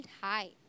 high